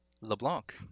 LeBlanc